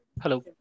Hello